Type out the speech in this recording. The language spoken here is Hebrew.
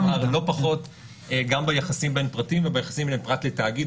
לא פחות גם ביחסים בין פרטים וביחסים בין פרט לתאגיד.